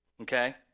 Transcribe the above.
Okay